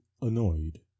annoyed